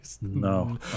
No